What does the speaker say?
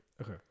Okay